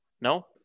No